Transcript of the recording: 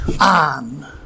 on